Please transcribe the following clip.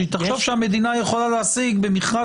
שהיא תחשוב שהמדינה יכולה להשיג במכרז